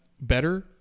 better